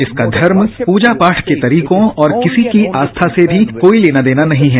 इसका धर्म पूजा पाठ के तरीकों और किसी की आस्था से भी कोई लेना देना नहीं है